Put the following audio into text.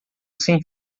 sem